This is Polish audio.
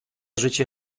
życie